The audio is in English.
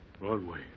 Broadway